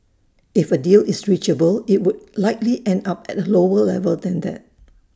if A deal is reachable IT would likely end up at A lower level than that